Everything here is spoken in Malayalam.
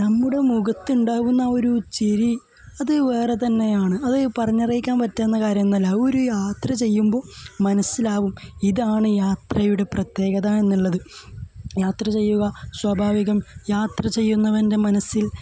നമ്മുടെ മുഖത്ത് ഉണ്ടാകുന്ന ആ ഒരു ചിരി അതു വേറെ തന്നെയാണ് അത് പറഞ്ഞറിയിക്കാൻ പറ്റുന്ന കാര്യമൊന്നുമല്ല ഒരു യാത്ര ചെയ്യുമ്പോൾ മനസ്സിലാകും ഇതാണ് യാത്രയുടെ പ്രത്യേകത എന്നുള്ളത് യാത്ര ചെയ്യുക സ്വാഭാവികം യാത്ര ചെയ്യുന്നവൻ്റെ മനസ്സിൽ